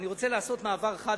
אני רוצה לעשות מעבר חד,